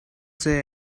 say